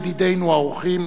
ידידינו האורחים,